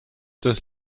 das